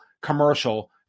commercial